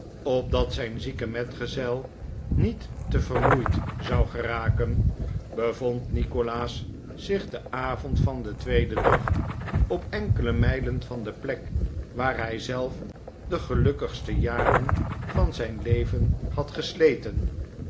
opdat zijn zieke metgezel niet te vermoeid zou geraken bevond nikolaas zich den avond van den tweeden dag op enkele mijlen van de plek waar hij zelf de gelukkigste jaren van zijn leven had gesleten